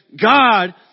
God